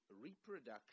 reproduction